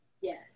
Yes